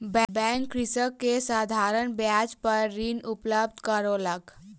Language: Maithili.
बैंक कृषक के साधारण ब्याज पर ऋण उपलब्ध करौलक